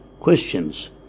questions